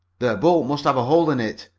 their boat must have a hole in it.